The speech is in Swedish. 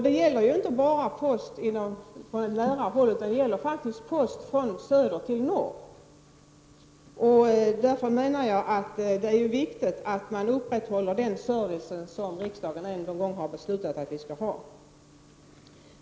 Det gäller då inte bara närbefordran av post utan också postbefordran mellan de södra och de norra delarna av landet. Jag menar att det är viktigt att man upprätthåller den servicen som riksdagen en gång har beslutat att vi skall ha.